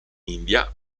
india